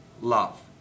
love